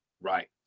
Right